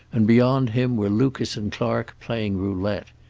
and beyond him were lucas and clark, playing roulette.